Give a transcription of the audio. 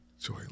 Joy